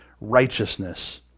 righteousness